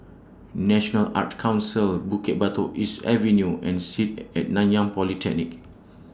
National Arts Council Bukit Batok East Avenue and Sit At Nanyang Polytechnic